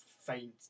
faint